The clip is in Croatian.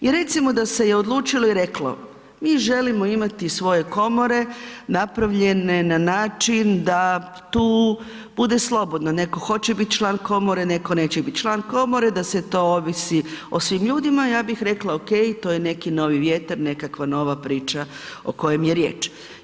I recimo da se je odlučilo i reklo mi želimo imati svoje komore napravljene na način da tu bude slobodno, netko hoće biti član komore, netko neće biti član komore, da se to ovisi o svim ljudima, ja bih rekla, OK, to je neki novi vjetar, nekakva nova priča o kojem je riječ.